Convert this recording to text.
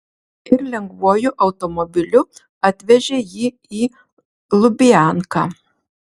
ir lengvuoju automobiliu atvežė jį į lubianką